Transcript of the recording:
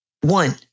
one